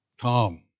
Tom